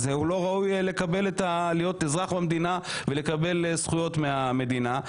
הוא לא ראוי להיות אזרח במדינה ולקבל זכויות מהמדינה.